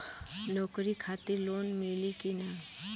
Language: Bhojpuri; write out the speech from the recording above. नौकरी खातिर लोन मिली की ना?